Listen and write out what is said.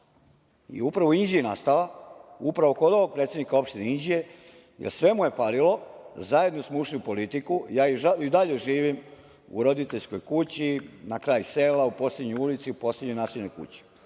je upravo u Inđiji nastala, upravo kod ovog predsednika opštine Inđija, jer sve mu je falilo. Zajedno smo ušli u politiku. Ja i dalje živim u roditeljskoj kući, na kraj sela, u poslednjoj ulici, u poslednjoj naseljenoj kući.